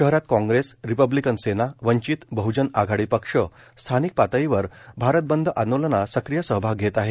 शहरात कॉग्रेस रिपब्लिकन सेना वंचित बहजन आघाडी पक्ष स्थानिक पातळीवर भारत बंद आंदोलनात सक्रिय सहभाग घेत आहेत